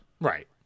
Right